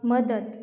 मदत